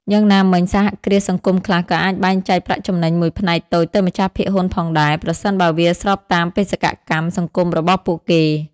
យ៉ាងណាមិញ សហគ្រាសសង្គមខ្លះក៏អាចបែងចែកប្រាក់ចំណេញមួយផ្នែកតូចទៅម្ចាស់ភាគហ៊ុនផងដែរ ប្រសិនបើវាស្របតាមបេសកកម្មសង្គមរបស់ពួកគេ ។